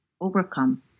overcome